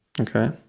Okay